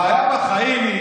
הבעיה בחיים,